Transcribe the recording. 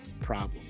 problem